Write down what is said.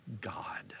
God